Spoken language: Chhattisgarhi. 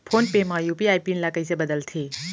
फोन पे म यू.पी.आई पिन ल कइसे बदलथे?